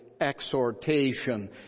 exhortation